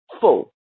Full